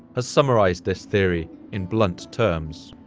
has summarized this theory in blunt terms.